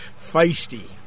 Feisty